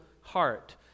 heart